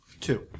Two